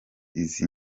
izi